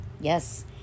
Yes